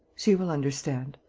she will understand.